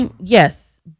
Yes